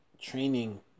training